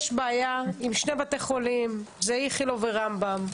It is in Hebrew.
יש בעיה עם שני בתי חולים: איכילוב ורמב"ם.